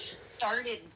started